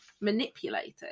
manipulated